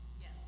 Yes